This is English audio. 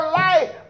life